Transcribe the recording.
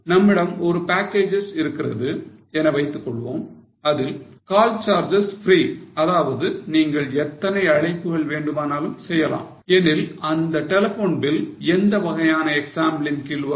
நம்மிடம் ஒரு பேக்கேஜ் இருக்கிறது என வைத்துக் கொள்வோம் அதில் கால் சார்ஜஸ் free அதாவது நீங்கள் எத்தனை அழைப்புகள் வேண்டுமானாலும் செய்யலாம் எனில் இந்த டெலபோன் பில் எந்த வகையான எக்ஸாம்பிளின் கீழ் வரும்